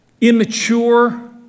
immature